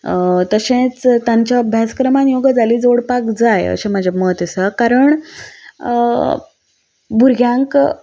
तशेंच तांच्या अभ्यासक्रमांत ह्यो गजाली जोडपाक जाय अशें म्हजें मत आसा कारण भुरग्यांक